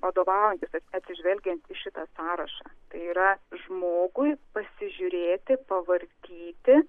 vadovaujantis atsižvelgiant į šitą sąrašą tai yra žmogui pasižiūrėti pavartyti